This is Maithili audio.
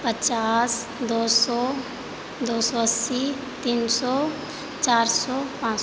पचास दो सए दो सए अस्सी तीन सए चारि सए पाँच